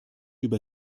über